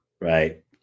right